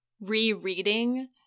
rereading